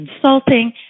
consulting